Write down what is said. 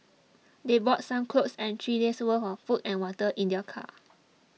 they brought some clothes and three days' worth of food and water in their car